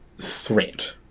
threat